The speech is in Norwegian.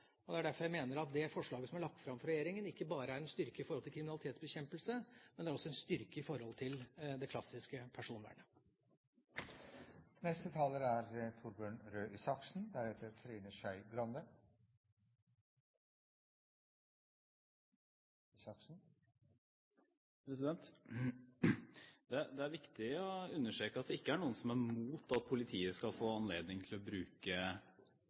forhold. Det er derfor jeg mener at det forslaget som er lagt fram fra regjeringa, ikke bare er en styrke i forhold til kriminalitetsbekjempelse, men også en styrke i forhold til det klassiske personvernet. Det er viktig å understreke at det ikke er noen som er imot at politiet skal få anledning til å bruke